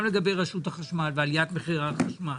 גם לגבי רשות החשמל ועליית מחירי החשמל,